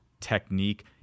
technique